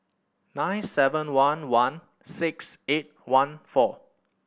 nine seven one one six eight one four